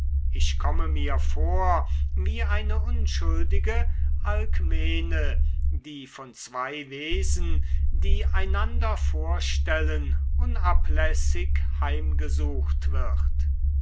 ich komme mir vor wie eine unschuldige alkmene die von zwei wesen die einander vorstellen unablässig heimgesucht wird